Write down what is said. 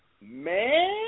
Man